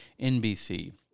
NBC